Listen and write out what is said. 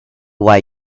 why